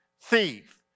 thief